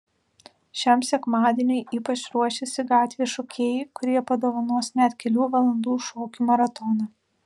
šiam sekmadieniui ypač ruošiasi gatvės šokėjai kurie padovanos net kelių valandų šokių maratoną